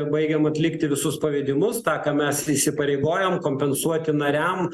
baigiam atlikti visus pavedimus tą ką mes įsipareigojom kompensuoti nariam